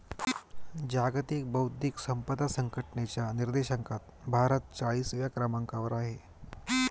जागतिक बौद्धिक संपदा संघटनेच्या निर्देशांकात भारत चाळीसव्या क्रमांकावर आहे